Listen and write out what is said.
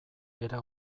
era